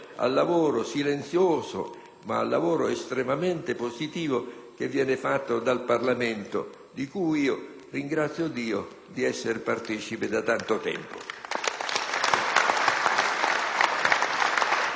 ma estremamente positivo, che viene fatto dal Parlamento. Ringrazio Dio di esserne partecipe da tanto tempo.